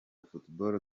football